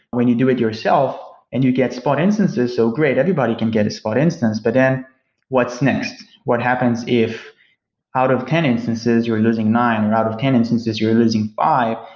when you do it yourself and you get spot instances, so great. everybody can get a spot instance, but then what's next? what happens if out of ten instances you're losing nine, or out of ten instances, you're losing five?